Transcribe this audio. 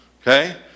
okay